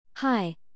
Hi